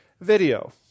video